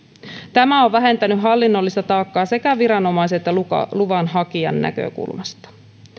tämä on vähentänyt hallinnollista taakkaa sekä viranomaisen että luvan hakijan näkökulmasta